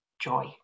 joy